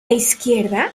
izquierda